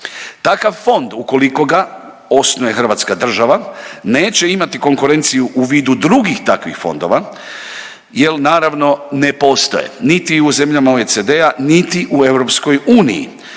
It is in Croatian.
Takav fond ukoliko ga osnuje hrvatska država neće imati konkurenciju u vidu drugih takvih fondova jel naravno ne postoje, niti u zemljama OECD-a, niti u EU, pa će